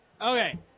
Okay